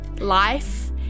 life